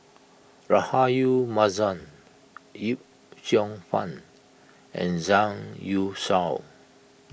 Rahayu Mahzam Yip Cheong Fun and Zhang Youshuo